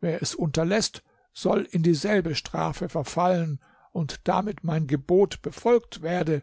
wer es unterläßt soll in dieselbe strafe verfallen und damit mein gebot befolgt werde